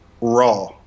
raw